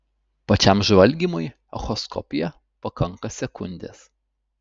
pačiam žvalgymui echoskopija pakanka sekundės